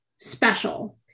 special